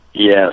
Yes